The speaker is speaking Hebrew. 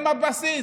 הם הבסיס.